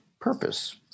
purpose